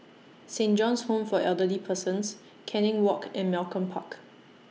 Saint John's Home For Elderly Persons Canning Walk and Malcolm Park